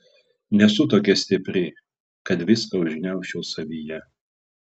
nesu tokia stipri kad viską užgniaužčiau savyje